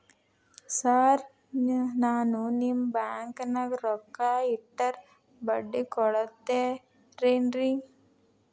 Sir ನಾನು ನಿಮ್ಮ ಬ್ಯಾಂಕನಾಗ ರೊಕ್ಕ ಇಟ್ಟರ ಬಡ್ಡಿ ಕೊಡತೇರೇನ್ರಿ?